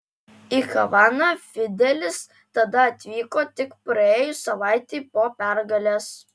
į havaną fidelis tada atvyko tik praėjus savaitei po pergalės